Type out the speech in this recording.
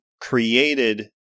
created